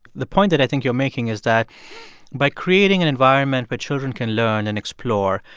the point that i think you're making is that by creating an environment where children can learn and explore,